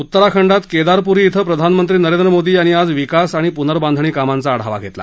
उतराखंडात केदारपूरी इथं प्रधानमंत्री नरेंद्र मोदी यांनी आज विकास आणि पूनर्बांधणी कामांचा आढावा घेतला